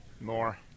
More